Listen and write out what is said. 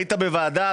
היית בוועדה,